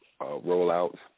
rollouts